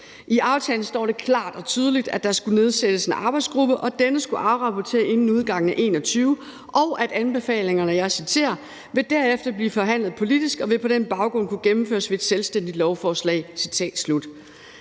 I aftalen står der klart og tydeligt, at der skulle nedsættes en arbejdsgruppe, og at denne skulle afrapportere inden udgangen af 2021, og at anbefalingerne derefter – og jeg citerer – »vil blive forhandlet politisk og vil på den baggrund kunne gennemføres ved et selvstændigt lovforslag«.